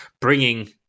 bringing